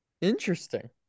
interesting